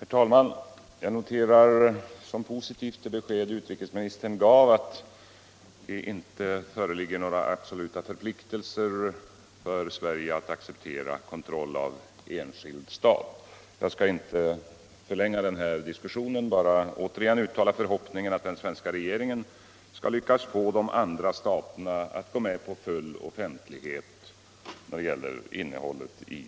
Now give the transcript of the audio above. Herr talman! Jag noterar som positivt utrikesministerns besked att det inte föreligger några absoluta förpliktelser för Sverige att acceptera kontroll av enskild stat. Jag skall inte förlänga den här diskussionen, bara återigen uttala förhoppningen att den svenska regeringen skall lyckas få de andra staterna att gå med på full offentlighet när det gäller innehållet i